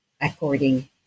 according